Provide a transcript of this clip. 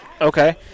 Okay